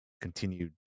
continued